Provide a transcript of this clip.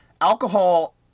alcohol